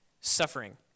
suffering